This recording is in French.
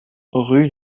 rue